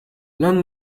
l’inde